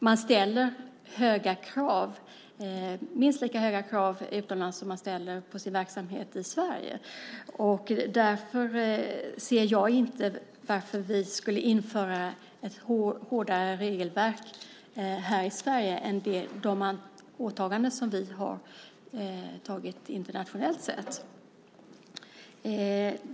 Man ställer minst lika höga krav utomlands som man ställer på sin verksamhet i Sverige, och därför ser jag inte varför vi skulle införa ett hårdare regelverk här i Sverige än de åtaganden vi har internationellt.